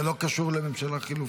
אבל זה לא קשור לממשלה חילופים.